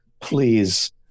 please